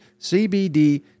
CBD